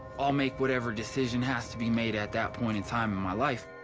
i'll make what ever decision has to be made at that point in time in my life.